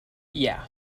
yeah